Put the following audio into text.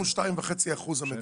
62.5% המדינה.